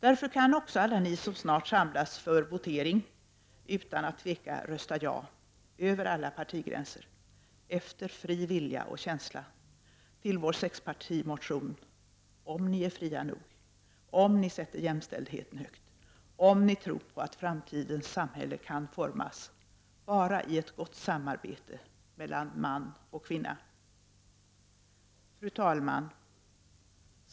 Därför kan också alla ni som snart samlas för votering utan att tveka rösta ja över alla partigränser, efter fri vilja och känsla, till vår sexpartimotion — om ni är fria nog, om ni sätter jämställdhe ten högt, om ni tror på att framtidens samhälle kan formas bara i ett gott samarbete mellan man och kvinna. Fru talman!